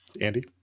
Andy